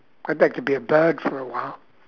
I'd like to be a bird for a while